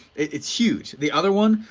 it's huge, the other one,